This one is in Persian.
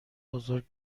بزرگ